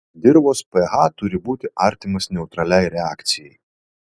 dirvos ph turi būti artimas neutraliai reakcijai